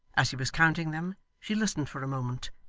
as he was counting them, she listened for a moment,